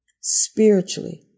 spiritually